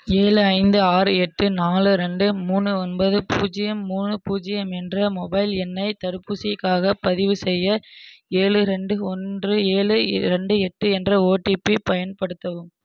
ஏழு ஐந்து ஆறு எட்டு நாலு ரெண்டு மூணு ஒன்பது பூஜ்யம் மூணு பூஜ்யம் என்ற மொபைல் எண்ணை தடுப்பூசிக்காகப் பதிவுசெய்ய ஏழு ரெண்டு ஒன்று ஏழு இரண்டு எட்டு என்ற ஓடிபி பயன்படுத்தவும்